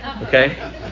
okay